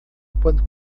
quando